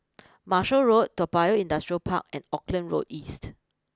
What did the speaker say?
Marshall Road Toa Payoh Industrial Park and Auckland Road East